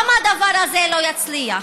גם הדבר הזה לא יצליח.